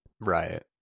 Right